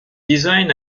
design